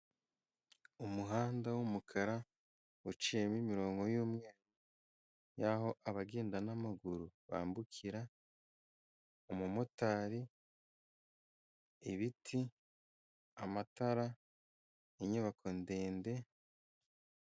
Umuhanda w'umukara uciyemo imirongo y'umweru yaho abagenda n'amaguru bambukira umumotari, ibiti, amatara inyubako ndende.